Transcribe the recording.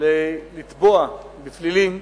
לתבוע בפלילים,